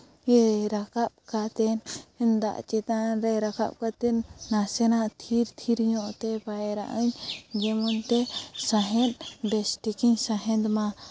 ᱨᱟᱠᱟᱵ ᱠᱟᱛᱮᱱ ᱫᱟᱜ ᱪᱮᱛᱟᱱ ᱨᱮ ᱨᱟᱠᱟᱵ ᱠᱟᱛᱮᱱ ᱱᱟᱥᱮᱱᱟᱜ ᱛᱷᱤᱨ ᱛᱷᱤᱨ ᱧᱚᱜ ᱛᱮ ᱯᱟᱭᱨᱟᱜ ᱟᱹᱧ ᱡᱮᱢᱚᱱ ᱛᱮ ᱥᱟᱦᱮᱸᱫ ᱵᱮᱥ ᱴᱷᱤᱠ ᱤᱧ ᱥᱟᱦᱮᱸᱫ ᱢᱟ